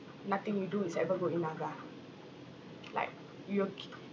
nothing you do is ever good enough lah like your